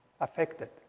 affected